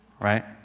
right